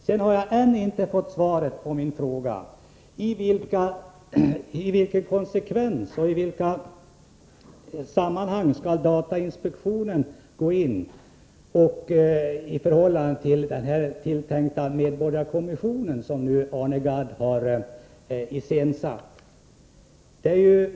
Sedan har jag ännu inte fått svar på min fråga: Med vilken konsekvens och i vilka sammanhang skall datainspektionen gå in i förhållande till den tilltänkta medborgarkommissionen som Arne Gadd har iscensatt?